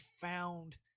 found